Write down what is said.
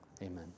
Amen